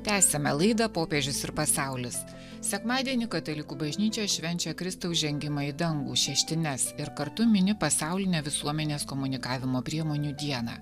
tęsiame laidą popiežius ir pasaulis sekmadienį katalikų bažnyčia švenčia kristaus žengimą į dangų šeštines ir kartu mini pasaulinę visuomenės komunikavimo priemonių dieną